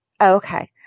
Okay